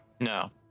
No